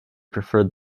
preferred